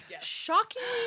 Shockingly